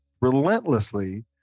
relentlessly